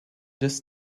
this